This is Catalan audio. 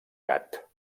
gat